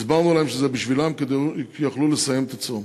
הסברנו להם שזה בשבילם כדי שיוכלו לסיים את הצום.